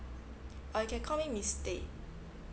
uh you can call me miss stay